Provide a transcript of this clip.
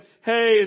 Hey